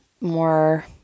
more